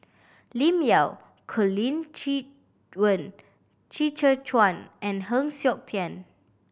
Lim Yau Colin Qi Quan Qi Zhe Quan and Heng Siok Tian